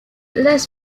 las